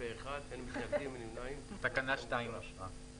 הצבעה בעד, 1 נגד, אין נמנעים, אין אושר.